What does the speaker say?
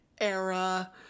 era